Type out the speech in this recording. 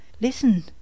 Listen